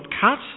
cut